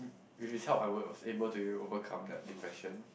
with his help I will was able to overcome that depression